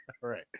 Right